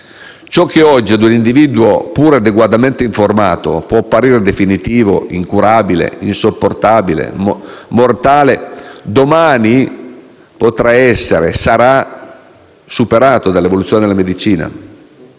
Ciò che oggi a un individuo pur «adeguatamente informato» può apparire definitivo, incurabile, insopportabile o mortale, domani potrà essere superato - e lo sarà - dall'evoluzione della medicina.